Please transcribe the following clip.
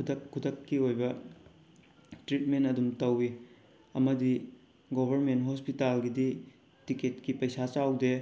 ꯈꯨꯗꯛ ꯈꯨꯗꯛꯀꯤ ꯑꯣꯏꯕ ꯇ꯭ꯔꯤꯠꯃꯦꯟ ꯑꯗꯨꯝ ꯇꯧꯏ ꯑꯃꯗꯤ ꯒꯣꯕꯔꯃꯦꯟ ꯍꯣꯁꯄꯤꯇꯥꯜꯒꯤꯗꯤ ꯇꯤꯀꯦꯠꯀꯤ ꯄꯩꯁꯥ ꯆꯥꯎꯗꯦ